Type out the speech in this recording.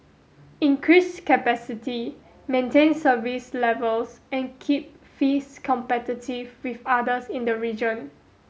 increase capacity maintain service levels and keep fees competitive with others in the region